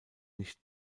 nicht